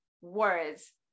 words